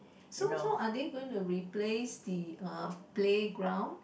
so so are they going to replace the err playground